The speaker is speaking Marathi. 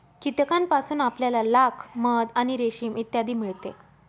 कीटकांपासून आपल्याला लाख, मध आणि रेशीम इत्यादी मिळते